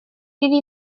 iddi